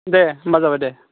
दे होमबा जाबाय दे